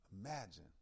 Imagine